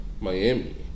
Miami